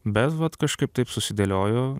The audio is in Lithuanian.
bet vat kažkaip taip susidėliojo